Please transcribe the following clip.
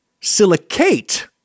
Silicate